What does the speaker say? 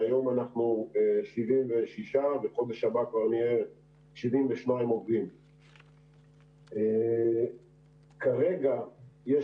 היום אנחנו 76 וחודש הבא כבר נהיה 72. כרגע יש